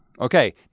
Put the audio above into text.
Okay